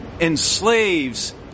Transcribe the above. enslaves